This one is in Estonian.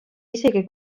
isegi